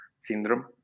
syndrome